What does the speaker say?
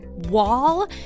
Wall